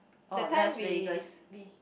that time we we